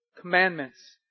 commandments